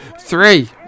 three